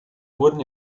wurden